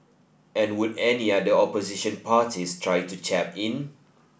and would any other opposition parties try to chap in